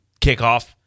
kickoff